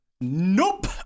Nope